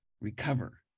recover